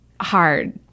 hard